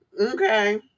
Okay